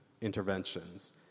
interventions